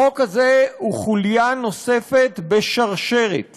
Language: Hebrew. החוק הזה הוא חוליה נוספת בשרשרת